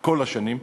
כל השנים,